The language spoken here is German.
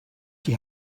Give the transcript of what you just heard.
die